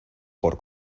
por